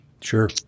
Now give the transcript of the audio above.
Sure